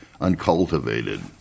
uncultivated